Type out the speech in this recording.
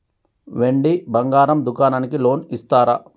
వెండి బంగారం దుకాణానికి లోన్ ఇస్తారా?